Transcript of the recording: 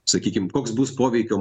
sakykim koks bus poveikio